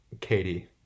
katie